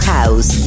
House